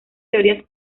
teorías